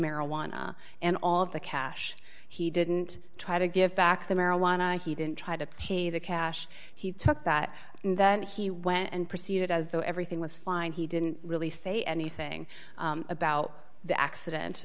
marijuana and all of the cash he didn't try to give back the marijuana and he didn't try to pay the cash he took that and then he went and proceeded as though everything was fine he didn't really say anything about the accident